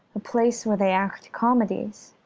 a place where they act comedies.